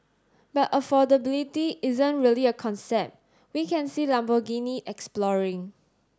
but affordability isn't really a concept we can see Lamborghini exploring